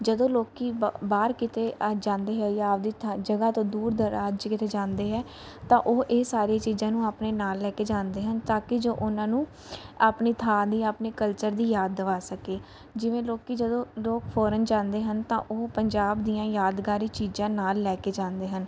ਜਦੋਂ ਲੋਕ ਬ ਬਾਹਰ ਕਿਤੇ ਜਾਂਦੇ ਹੈ ਜਾਂ ਆਪਦੀ ਥਾਂ ਜਗ੍ਹਾ ਤੋਂ ਦੂਰ ਦਰਾਜ 'ਚ ਕਿਤੇ ਜਾਂਦੇ ਹੈ ਤਾਂ ਉਹ ਇਹ ਸਾਰੀਆਂ ਚੀਜ਼ਾਂ ਨੂੰ ਆਪਣੇ ਨਾਲ ਲੈ ਕੇ ਜਾਂਦੇ ਹਨ ਤਾਂ ਕਿ ਜੋ ਉਹਨਾਂ ਨੂੰ ਆਪਣੀ ਥਾਂ ਦੀ ਆਪਣੇ ਕਲਚਰ ਦੀ ਯਾਦ ਦਿਵਾ ਸਕੇ ਜਿਵੇਂ ਲੋਕ ਜਦੋਂ ਲੋਕ ਫੋਰਨ ਜਾਂਦੇ ਹਨ ਤਾਂ ਉਹ ਪੰਜਾਬ ਦੀਆਂ ਯਾਦਗਾਰੀ ਚੀਜ਼ਾਂ ਨਾਲ ਲੈ ਕੇ ਜਾਂਦੇ ਹਨ